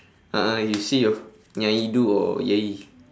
a'ah you see your nyai do or yayi